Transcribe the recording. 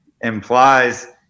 implies